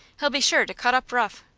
he'll be sure to cut up rough.